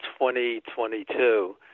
2022